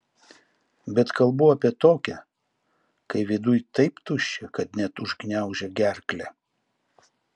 bet kalbu apie tokią kai viduj taip tuščia kad net užgniaužia gerklę